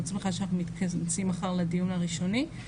שמחה שאנחנו מתכנסים מחר לדיון הראשוני.